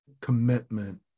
commitment